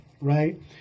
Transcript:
right